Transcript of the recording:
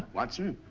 watson,